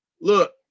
look